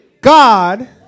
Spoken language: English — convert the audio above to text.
God